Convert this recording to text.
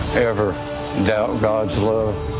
ever doubt god's love,